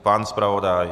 Pan zpravodaj?